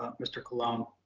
ah mr. colon,